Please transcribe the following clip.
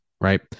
right